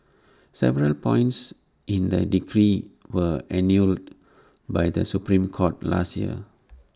several points in the decree were annulled by the Supreme court last year